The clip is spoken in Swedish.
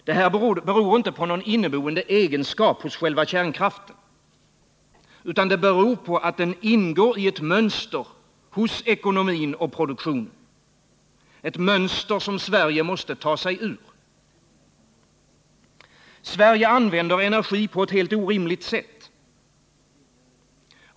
Detta beror inte på någon inneboende egenskap hos själva kärnkraften, utan det beror på att den ingår i ett mönster hos ekonomin och produktionen — ett mönster som Sverige måste ta sig ur. Sverige använder energin på ett helt orimligt sätt.